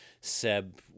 Seb